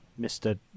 Mr